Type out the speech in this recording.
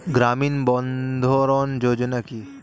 গ্রামীণ বন্ধরন যোজনা কি?